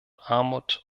armut